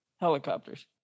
helicopters